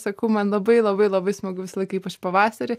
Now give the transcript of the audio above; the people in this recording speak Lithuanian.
sakau man labai labai labai smagu visą laiką ypač pavasarį